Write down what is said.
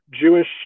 Jewish